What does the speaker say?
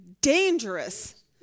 dangerous